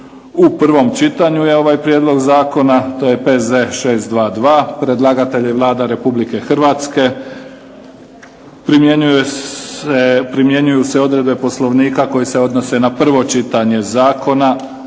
prvo čitanje, P.Z. 622 Predlagatelj je Vlada Republike Hrvatske. Primjenjuju se odredbe Poslovnika koji se odnose na prvo čitanje zakona.